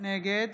נגד